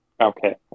Okay